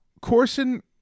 Corson